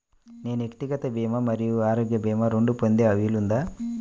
నేను వ్యక్తిగత భీమా మరియు ఆరోగ్య భీమా రెండు పొందే వీలుందా?